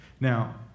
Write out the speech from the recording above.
Now